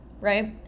right